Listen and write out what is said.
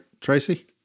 Tracy